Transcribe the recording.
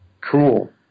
Cool